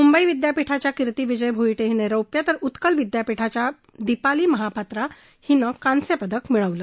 मुंबई विद्यापीठाची किर्ती विजय भोईटे हीने रौप्य तर उत्कल विद्यापीठाची दिपाली महापात्रा हिनं कांस्य पदक मिळवलं